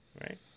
right